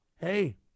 Hey